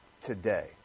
today